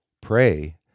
pray